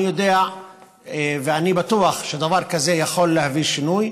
אני יודע ואני בטוח שדבר כזה יכול להביא שינוי.